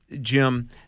Jim